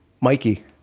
Mikey